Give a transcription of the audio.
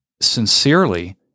sincerely